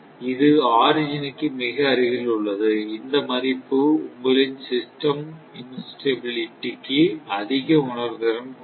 இது ஆரிஜினுக்கு மிக அருகில் உள்ளது இந்த மதிப்பு உங்களின் சிஸ்டம் இன் ஸ்டெபிலிட்டிக்கு அதிக உணர்திறன் கொண்டது